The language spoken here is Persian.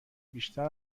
بیشتر